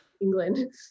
England